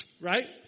Right